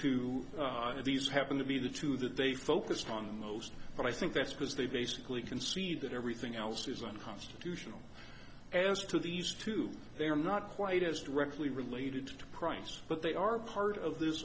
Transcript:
two these happen to be the two that they focused on the most but i think that's because they basically concede that everything else is unconstitutional as to these two they are not quite as directly related to price but they are part of this